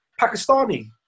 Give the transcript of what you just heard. Pakistani